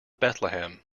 bethlehem